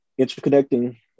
Interconnecting